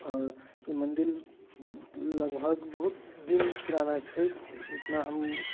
आओर ई मन्दिर लगभग बहुत दिन पुराना छै इतना हम